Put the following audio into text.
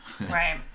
right